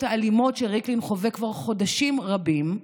האלימות שריקלין חווה כבר חודשים רבים,